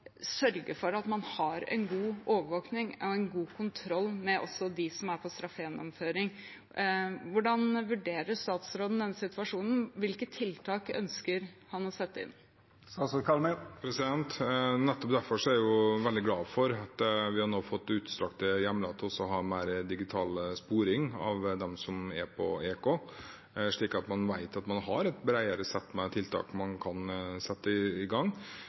sørge for god overvåking og kontroll med dem som var på straffegjennomføring. Hvordan vurderer statsråden den situasjonen? Hvilke tiltak ønsker han å sette inn? Nettopp derfor er jeg veldig glad for at vi nå har fått utstrakte hjemler til å ha mer digital sporing av dem som er på EK, slik at man vet at man har et bredere sett med tiltak man kan sette i gang.